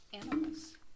animals